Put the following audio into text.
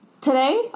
today